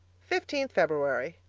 fifteenth feb.